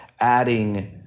adding